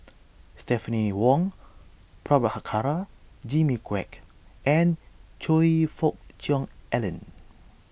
Stephanie Wong Prabhakara Jimmy Quek and Choe Fook Cheong Alan